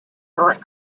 current